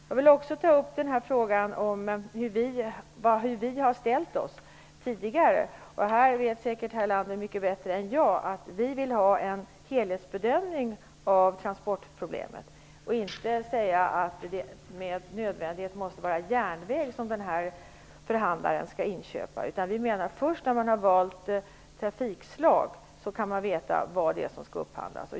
Jag vill också ta upp frågan om hur vi tidigare har ställt oss till detta. Jarl Lander vet säkert mycket bättre än jag att vi vill ha en helhetsbedömning av transportproblemet. Det handlar inte om att säga att det med nödvändighet är järnväg som förhandlaren skall inköpa. Vi menar att man först när man valt trafikslag kan veta vad det är som skall upphandlas.